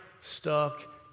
stuck